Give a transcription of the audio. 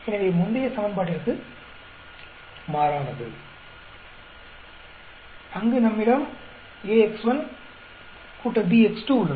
எனவே முந்தைய சமன்பாட்டிற்கு மாறானது அங்கு நம்மிடம் ax1 bx2 உள்ளது